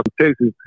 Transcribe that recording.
Texas